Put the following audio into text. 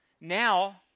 now